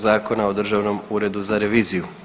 Zakona o Državnom uredu za reviziju.